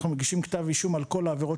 אנחנו מגישים כתב אישום על כול העבירות